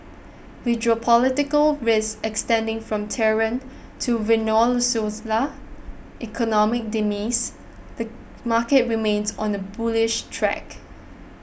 with geopolitical risk extending from Tehran to economic demise the market remains on a bullish track